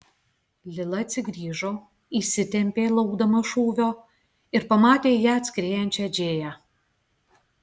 lila atsigrįžo įsitempė laukdama šūvio ir pamatė į ją atskriejančią džėją